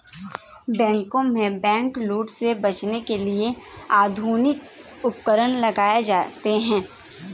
बैंकों में बैंकलूट से बचने के लिए आधुनिक उपकरण लगाए जाते हैं